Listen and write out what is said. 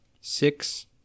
six